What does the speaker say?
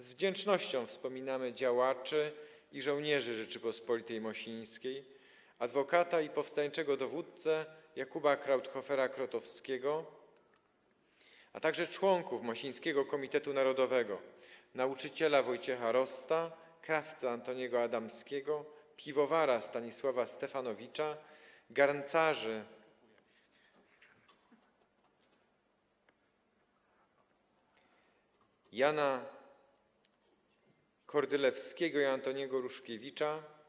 Z wdzięcznością wspominamy działaczy i żołnierzy Rzeczypospolitej Mosińskiej: adwokata i powstańczego dowódcę Jakuba Krauthofera-Krotowskiego, a także członków mosińskiego Komitetu Narodowego - nauczyciela Wojciecha Rosta, krawca Antoniego Adamskiego, piwowara Stanisława Stefanowicza, garncarzy Jana Kordylewskiego i Antoniego Ruszkiewicza.